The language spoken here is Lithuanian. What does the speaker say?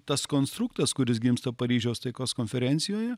tas konstruktas kuris gimsta paryžiaus taikos konferencijoje